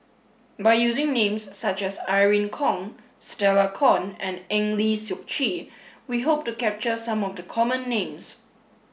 by using names such as Irene Khong Stella Kon and Eng Lee Seok Chee we hope to capture some of the common names